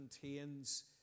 contains